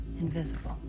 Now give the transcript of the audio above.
invisible